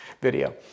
video